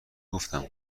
گفتم